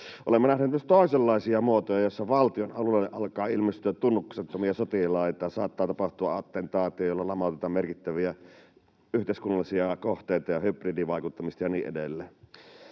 Olemme nähneet myös toisenlaisia muotoja, joissa valtion alueelle alkaa ilmestyä tunnuksettomia sotilaita ja saattaa tapahtua attentaatti, jolla lamautetaan merkittäviä yhteiskunnallisia kohteita, ja hybridivaikuttamista ja niin edelleen.